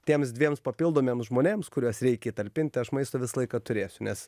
tiems dviems papildomiems žmonėms kuriuos reikia įtalpint aš maisto visą laiką turėsiu nes